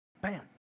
Bam